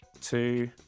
Two